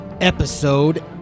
episode